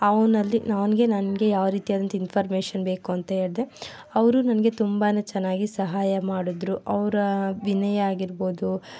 ಅವನಲ್ಲಿ ಅವನಿಗೆ ನನಗೆ ಯಾವ ರೀತಿಯಾದಂತಹ ಇನ್ಫಾರ್ಮೇಶನ್ ಬೇಕು ಅಂತ ಹೇಳಿದೆ ಅವರು ನನಗೆ ತುಂಬನೇ ಚೆನ್ನಾಗಿ ಸಹಾಯ ಮಾಡಿದ್ರು ಅವರ ವಿನಯ ಆಗಿರ್ಬೋದು